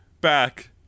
back